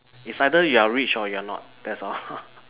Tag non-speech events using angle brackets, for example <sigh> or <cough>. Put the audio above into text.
is either you're rich or you're not that's all <laughs>